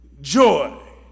joy